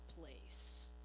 place